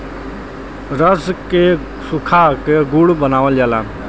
रस के सुखा क गुड़ बनावल जाला